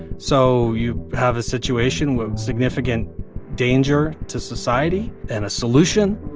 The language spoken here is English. so you have a situation with significant danger to society and a solution.